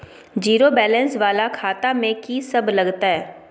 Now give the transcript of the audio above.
Zero balance वाला खाता में की सब लगतै?